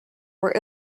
were